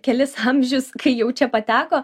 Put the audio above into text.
kelis amžius kai jau čia pateko